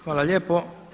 Hvala lijepo.